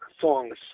songs